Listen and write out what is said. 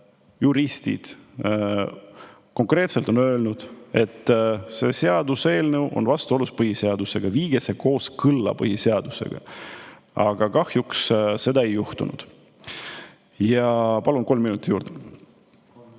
juristid on konkreetselt öelnud, et see seaduseelnõu on vastuolus põhiseadusega, viige see kooskõlla põhiseadusega. Kahjuks seda ei [tehtud]. Palun kolm minutit juurde.